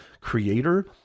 creator